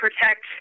protect